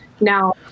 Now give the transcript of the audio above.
Now